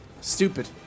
Stupid